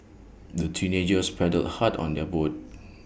the teenagers paddled hard on their boat